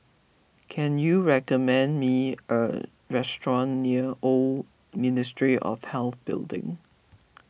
can you recommend me a restaurant near Old Ministry of Health Building